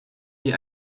wie